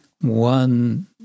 one